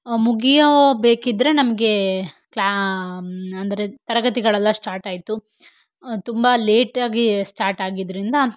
ಮುಗಿಯಬೇಕಿದ್ದರೆ ನಮಗೆ ಕ್ಲಾ ಅಂದರೆ ತರಗತಿಗಳೆಲ್ಲ ಸ್ಟಾರ್ಟ್ ಆಯಿತು ತುಂಬ ಲೇಟ್ ಆಗಿ ಸ್ಟಾರ್ಟ್ ಆಗಿದ್ದರಿಂದ